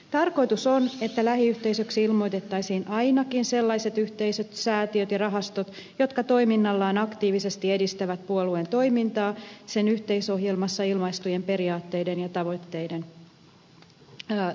tarkoitus on että lähiyhteisöksi ilmoitettaisiin ainakin sellaiset yhteisöt säätiöt ja rahastot jotka toiminnallaan aktiivisesti edistävät puolueen toimintaa sen yhteisohjelmassa ilmaistujen periaatteiden ja tavoitteiden toteuttamiseksi